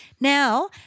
Now